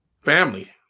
Family